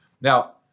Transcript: Now